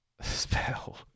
spell